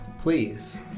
please